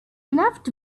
left